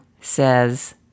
says